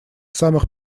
самых